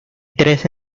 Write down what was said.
trece